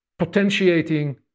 potentiating